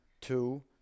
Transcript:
two